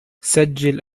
سجل